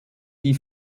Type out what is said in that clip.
die